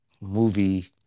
Movie